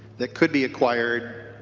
that could be acquired